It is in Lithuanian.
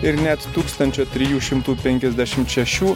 ir net tūkstančio trijų šimtų penkiasdešimt šešių